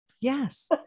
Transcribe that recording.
Yes